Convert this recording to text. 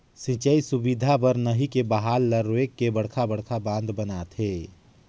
सिंचई सुबिधा बर नही के बहाल ल रोयक के बड़खा बड़खा बांध बनाथे